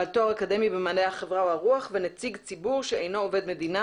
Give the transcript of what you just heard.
בעל תואר אקדמי במדעי החברה והרוח ונציג ציבור שאינו עובד מדינה